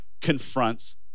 confronts